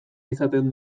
izaten